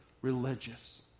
religious